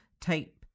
type